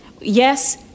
Yes